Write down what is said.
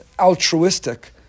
altruistic